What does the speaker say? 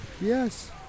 yes